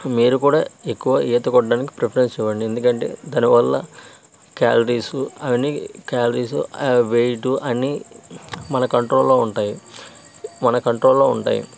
మీరు కూడా ఎక్కువ ఈత కొట్టడానికి ప్రిఫెరెన్సు ఇవ్వండి ఎందుకంటే దానివల్ల క్యాలరీసు అని క్యాలరీసు ఆ వెయిటు అన్నీ మన కంట్రోల్లో ఉంటాయి మన కంట్రోల్లో ఉంటాయి